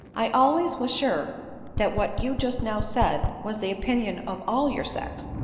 i al ways was sure that what you just now said was the opinion of all your sex,